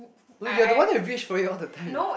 no you're the one that reach for it all the time